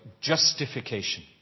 justification